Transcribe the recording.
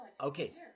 Okay